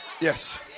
Yes